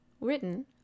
written